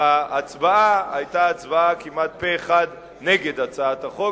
ההצבעה היתה כמעט פה-אחד נגד הצעת החוק.